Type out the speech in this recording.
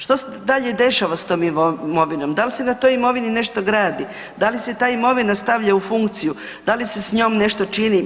Što se dalje dešava s tom imovinom, da li se na toj imovini nešto gradi, da li se ta imovina stavlja u funkciju, da li se s njom nešto čini?